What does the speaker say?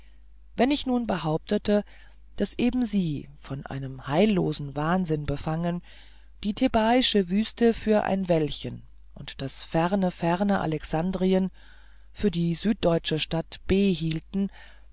wenn ich nun behauptete daß eben sie von einem heillosen wahnsinn befangen die thebaische wüste für ein wäldchen und das ferne ferne alexandrien für die süddeutsche stadt b hielten